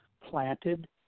planted